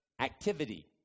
activity